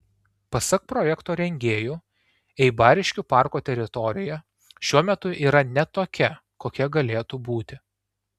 pasak projekto rengėjų eibariškių parko teritorija šiuo metu yra ne tokia kokia galėtų būti